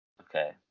Okay